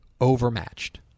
overmatched